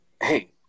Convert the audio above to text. hey